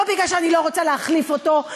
לא מפני שאני לא רוצה להחליף אותו,